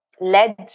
led